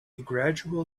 gradual